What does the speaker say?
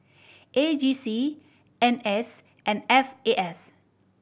E J C N S and F A S